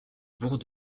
bourg